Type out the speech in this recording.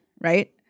right